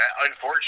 unfortunately